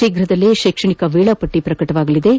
ಶೀಘುದಲ್ಲೇ ಕೈಕ್ಷಣಿಕ ವೇಳಾಪಟ್ಟ ಪ್ರಕಟವಾಗಲಿದ್ದು